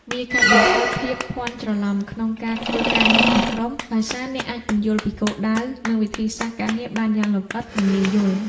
វាកាត់បន្ថយភាពភាន់ច្រឡំក្នុងការធ្វើការងារជាក្រុម ដោយសារអ្នកអាចពន្យល់ពីគោលដៅ និងវិធីសាស្ត្រការងារបានយ៉ាងលម្អិត និងងាយយល់។